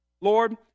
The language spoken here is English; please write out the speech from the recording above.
Lord